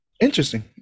Interesting